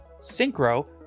synchro